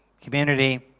community